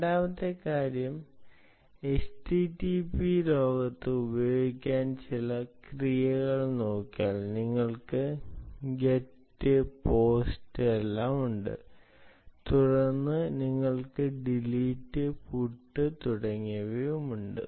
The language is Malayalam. രണ്ടാമത്തെ കാര്യം http ലോകത്ത് ഉപയോഗിക്കുന്ന ചില ക്രിയകൾ നോക്കിയാൽ നിങ്ങൾക്ക് get post ഉണ്ട് തുടർന്ന് നിങ്ങൾക്ക് delete put തുടങ്ങിയവയും ഉണ്ട്